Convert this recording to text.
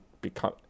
become